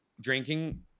drinking